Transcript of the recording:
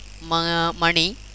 money